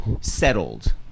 settled